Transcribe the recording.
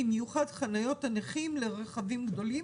במיוחד חניות הנכים לרכבים גדולים.